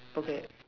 okay